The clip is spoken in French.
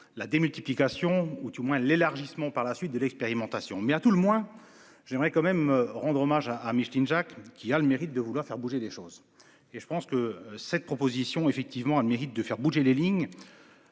la démultiplication ou du moins l'élargissement par la suite de l'expérimentation mais à tout le moins, j'aimerais quand même rendre hommage à à Micheline Jacques qui a le mérite de vouloir faire bouger les choses et je pense que cette proposition effectivement a le mérite de faire bouger les lignes.